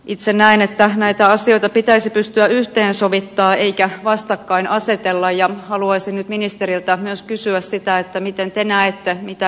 itse näen että näitä asioita pitäisi pystyä yhteensovittaa eikä vastakkainasettelulla ja haluaisi nyt ministeriöltä myös kysyä sitä että miten te näette mitä